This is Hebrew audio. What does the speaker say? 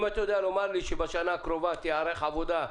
אם אתה יודע לומר שבשנה הקרובה תיערך עבודה.